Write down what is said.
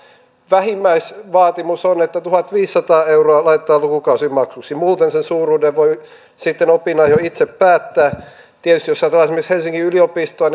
vähimmäisvaatimus on että tuhatviisisataa euroa laitetaan lukukausimaksuksi muuten sen suuruuden voi sitten opinahjo itse päättää tietysti jos ajatellaan esimerkiksi helsingin yliopistoa